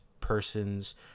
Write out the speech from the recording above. persons